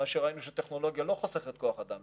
ראינו שטכנולוגיה לא חוסכת כוח אדם,